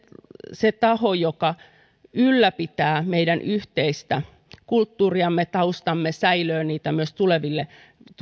se taho joka ylläpitää meidän yhteistä kulttuuriamme taustaamme säilöö myös tuleville